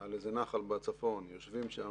על איזה נחל בצפון ומוציאים,